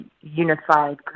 unified